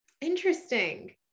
interesting